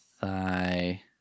Thigh